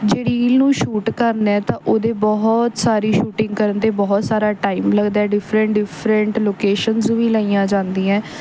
ਜੇ ਰੀਲ ਨੂੰ ਸ਼ੂਟ ਕਰਨਾ ਤਾਂ ਉਹਦੇ ਬਹੁਤ ਸਾਰੀ ਸ਼ੂਟਿੰਗ ਕਰਨ 'ਤੇ ਬਹੁਤ ਸਾਰਾ ਟਾਈਮ ਲੱਗਦਾ ਡਿਫਰੈਂਟ ਡਿਫਰੈਂਟ ਲੋਕੇਸ਼ਨਸ ਵੀ ਲਈਆਂ ਜਾਂਦੀਆਂ